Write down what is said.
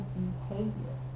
behavior